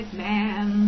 man